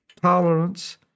tolerance